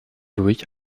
durch